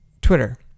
Twitter